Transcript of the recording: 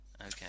Okay